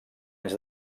anys